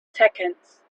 seconds